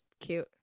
cute